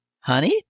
honey